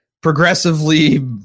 Progressively